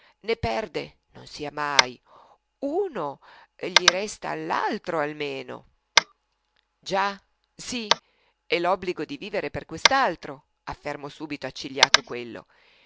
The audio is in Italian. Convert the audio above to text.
ne perde non sia mai uno gli resta l'altro almeno già sì e l'obbligo di vivere per quest'altro affermò subito accigliato quello